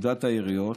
לפקודת העיריות